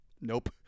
nope